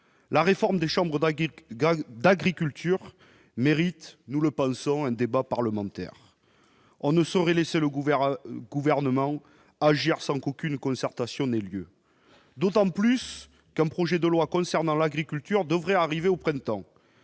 la réforme des chambres d'agriculture, Merritt, nous le pensons, un débat parlementaire, on ne saurait laisser le gouvernement gouvernement agir sans qu'aucune concertation n'ait lieu, d'autant plus comme projet de loi concernant l'agriculture devrait arriver au printemps,